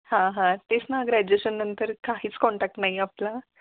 हां हां तेच ना ग्रॅज्युएशनंतर काहीच कॉन्टॅक्ट नाही आपला